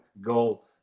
goal